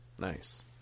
Nice